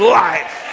life